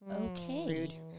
Okay